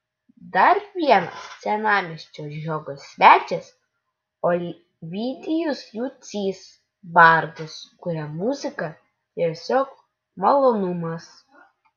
dar vienas senamiesčio žiogo svečias ovidijus jucys bardas kuriam muzika tiesiog malonumas